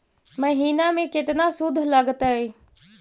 महिना में केतना शुद्ध लगतै?